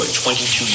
22